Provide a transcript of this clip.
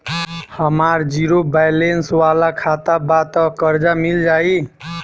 हमार zero balance वाला खाता बा त कर्जा मिल जायी?